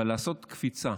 אבל לעשות קפיצה,